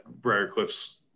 Briarcliff's